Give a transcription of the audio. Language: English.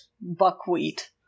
buckwheat